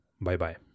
Bye-bye